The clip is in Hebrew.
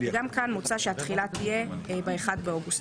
תחילה 10. מוצע שתחילתה של החלטה זו תהיה ב-1 באוגוסט